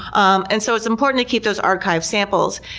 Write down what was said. um and so it's important to keep those archived samples.